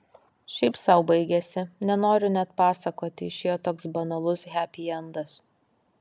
šiaip sau baigėsi nenoriu net pasakoti išėjo toks banalus hepiendas